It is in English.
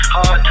Hard